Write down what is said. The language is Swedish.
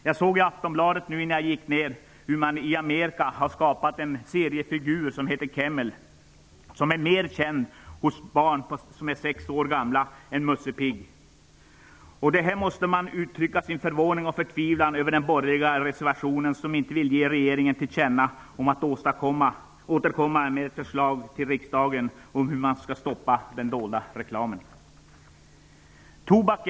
Jag läste i Aftonbladet nu innan jag gick ner i kammaren att man i Amerika har skapat en seriefigur som heter Camel och som är mer känd hos sexåriga barn än Musse Pigg. Jag måste här uttrycka min förvåning och förtvivlan över att de borgerliga partierna reserverar sig mot utskottsmajoriteten och inte vill ge regeringen till känna att den bör återkomma till riksdagen med ett förslag om hur den dolda reklamen skall stoppas.